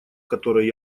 который